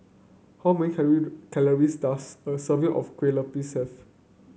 how many calories does a serving of Kueh Lupis have